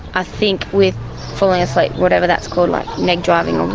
ah think, with falling asleep, whatever that's called, like, neg driving or,